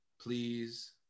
please